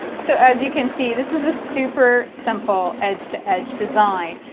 so as you can see, this is a super simple edge-to edge design.